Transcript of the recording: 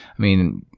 i mean,